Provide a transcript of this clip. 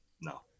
No